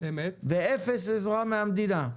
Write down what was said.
ואפס עזרה מהמדינה.